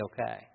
okay